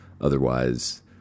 Otherwise